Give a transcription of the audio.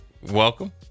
Welcome